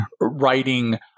writing